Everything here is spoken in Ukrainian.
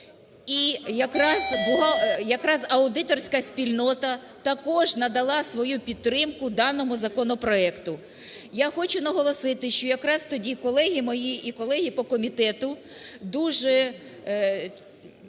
і якраз аудиторська спільнота також надала свою підтримку даному законопроекту. Я хочу наголосити, що якраз тоді колеги мої і колеги по комітету дуже